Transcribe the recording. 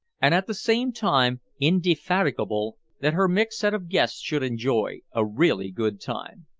and at the same time indefatigable that her mixed set of guests should enjoy a really good time.